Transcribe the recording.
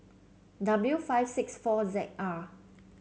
W five six four Z R